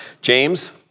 James